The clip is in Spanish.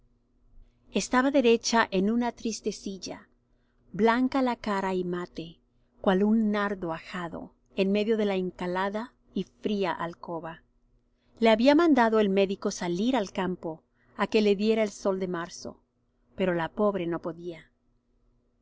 estaba derecha en una triste silla blanca la cara y mate cual un nardo ajado enmedio de la encalada y fría alcoba le había mandado el médico salir al campo á que le diera el sol de marzo pero la pobre no podía